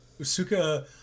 usuka